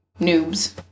noobs